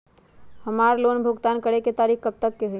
हमार लोन भुगतान करे के तारीख कब तक के हई?